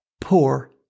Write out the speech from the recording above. Poor